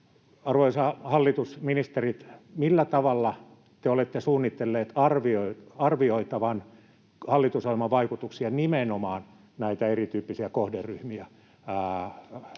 Arvoisa hallitus ja ministerit, millä tavalla te olette suunnitelleet arvioitavan hallitusohjelman vaikutuksia nimenomaan näitä erityyppisiä kohderyhmiä